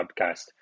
Podcast